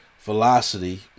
Velocity